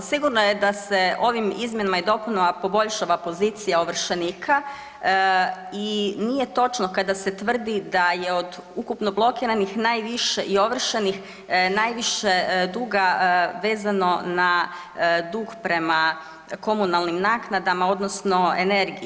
Pa sigurno je da se ovim izmjenama i dopunama poboljšava pozicija ovršenika i nije točno kada se tvrdi da je od ukupno blokiranih najviše i ovršenih najviše duga vezano na dug prema komunalnim naknadama odnosno energiji.